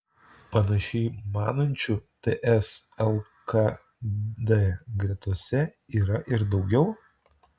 panašiai manančių ts lkd gretose yra ir daugiau